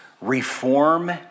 reform